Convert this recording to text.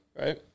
right